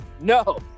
no